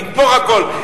נתפור הכול.